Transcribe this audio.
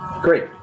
Great